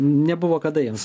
nebuvo kada jiems